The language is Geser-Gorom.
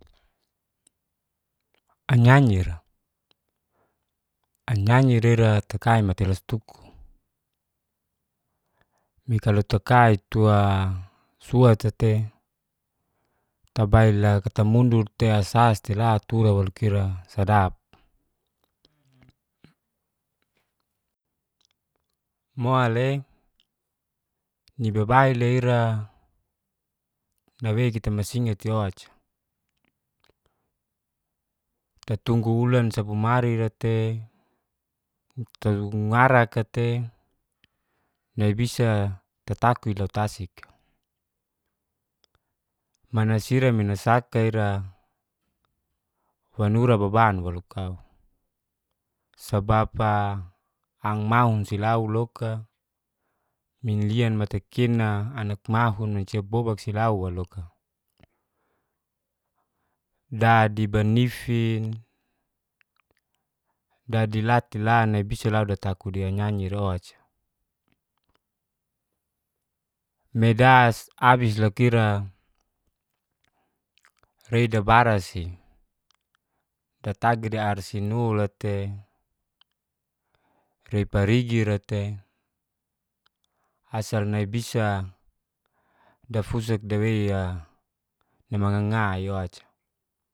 Anyi-anyira, anyi-anyira ira takai matailas tuku. mikalu takai tua suata'te tabail'a kata mundur'te sas teila tura walo kira sadap. Mo'le nibabai'le ira nawe kita masingati o'ca tatunggu ulansa gumari'ra tei tatunggu ngaraka tei, nai bisa tataki lau tasik. Mana sira minasaka ira wanura baban walo kau, sabab'a angmaunsi lau loka minlian matakena anak mahun mancia bobabk silau walo. Da'dibanifin da'dila tei la nai bisa lau dia taku dia nyanyi ro'ca medas abis lau kira reda barasi datagi de arsinula'te repagrigira'te asal nai bisa dafusak dawei'a namanganga nai o'ca